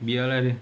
biar lah dia